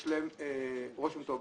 יש להם רושם טוב,